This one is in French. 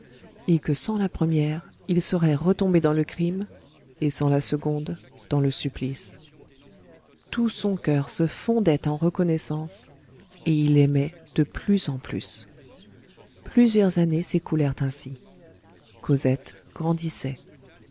et que sans la première il serait retombé dans le crime et sans la seconde dans le supplice tout son coeur se fondait en reconnaissance et il aimait de plus en plus plusieurs années s'écoulèrent ainsi cosette grandissait